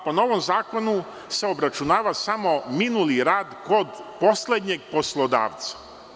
Po novom zakonu, obračunava se samo minuli rad kod poslednjeg poslodavca.